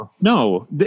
No